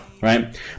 right